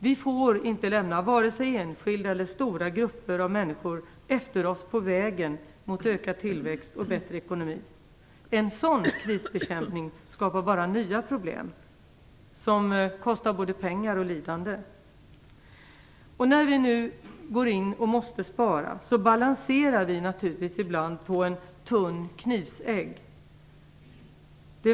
Vi får inte lämna vare sig enskilda eller stora grupper av människor efter oss på vägen mot ökad tillväxt och bättre ekonomi. En sådan krisbekämpning skapar bara nya problem, som kostar både pengar och lidande. När vi nu måste gå in och spara balanserar vi ibland på en tunn knivsegg.